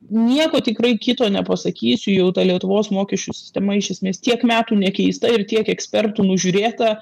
nieko tikrai kito nepasakysiu jau ta lietuvos mokesčių sistema iš esmės tiek metų nekeista ir tiek ekspertų nužiūrėta